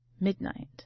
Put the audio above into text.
Midnight